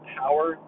power